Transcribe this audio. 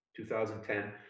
2010